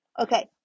okay